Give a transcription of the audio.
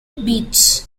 beech